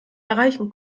erreichen